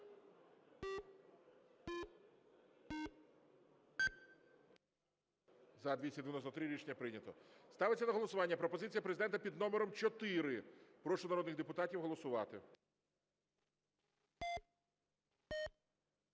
За-288 Рішення прийнято. Ставиться на голосування пропозиція Президента під номером 3. Прошу народних депутатів голосувати.